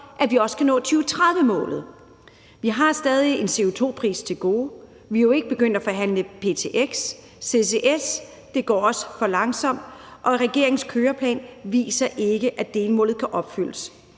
at vi også kan nå 2030-målet«. Vi har stadig en CO2-pris til gode, vi er ikke begyndt at forhandle ptx, en ccs går også for langsomt, og regerings køreplan viser ikke, at delmålet kan opfyldes.